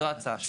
זאת ההצעה שלי.